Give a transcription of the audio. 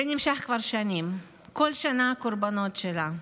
זה נמשך כבר שנים, כל שנה והקורבנות שלה.